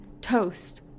toast